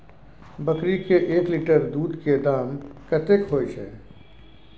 बकरी के एक लीटर दूध के दाम कतेक होय छै?